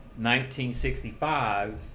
1965